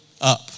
up